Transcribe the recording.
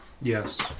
Yes